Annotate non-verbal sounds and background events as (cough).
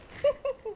(laughs)